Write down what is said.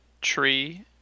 tree